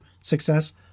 success